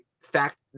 fact